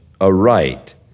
aright